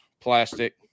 plastic